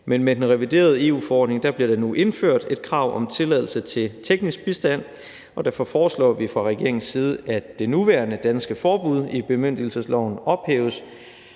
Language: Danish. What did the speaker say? men med den reviderede EU-forordning bliver der nu indført et krav om tilladelse til teknisk bistand, og derfor foreslår vi fra regeringens side, at det nuværende danske forbud i bemyndigelsesloven ophæves,